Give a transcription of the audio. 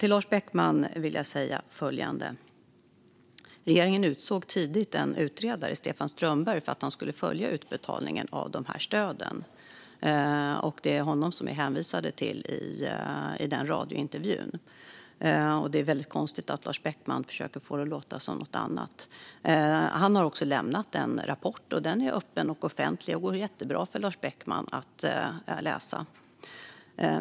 Till Lars Beckman vill jag säga följande: Regeringen utsåg tidigt en utredare, Stefan Strömberg, som skulle följa utbetalningen av stöden, och det var honom jag hänvisade till i radiointervjun. Det är väldigt konstigt att Lars Beckman försöker att få det att låta som något annat. Utredaren har lämnat en rapport som är öppen och offentlig och som det vore jättebra för Lars Beckman att läsa.